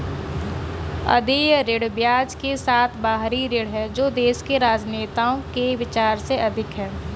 अदेय ऋण ब्याज के साथ बाहरी ऋण है जो देश के राजनेताओं के विचार से अधिक है